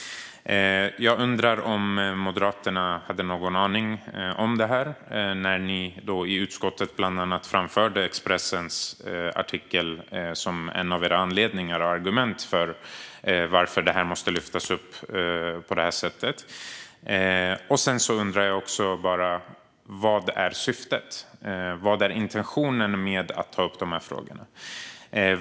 Jag undrar om Moderaterna hade någon aning om detta när de i utskottet framhöll bland annat Expressens artikel som en av anledningarna och ett av sina argument för att det här måste lyftas upp på detta sätt. Jag undrar även om syftet med att ta upp dessa frågor.